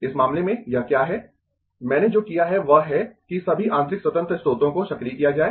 इस मामले में यह क्या है मैंने जो किया है वह है कि सभी आंतरिक स्वतंत्र स्रोतों को सक्रिय किया जाए